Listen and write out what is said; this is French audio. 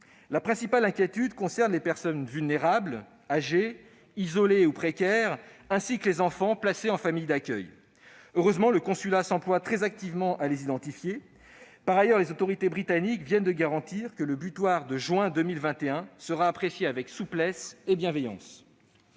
La principale inquiétude concerne les personnes vulnérables, âgées, isolées, ou précaires, ainsi que les enfants placés en famille d'accueil. Heureusement, le consulat de France s'emploie très activement à les identifier. Par ailleurs, les autorités britanniques viennent de garantir que le butoir de juin 2021 sera apprécié avec souplesse et bienveillance.